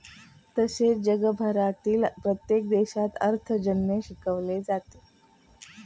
तसेच जगभरातील प्रत्येक देशात अर्थार्जन शिकवले जाते